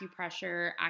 acupressure